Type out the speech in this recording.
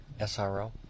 SRO